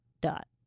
dot